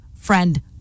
friend